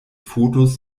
fotos